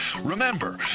Remember